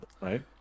right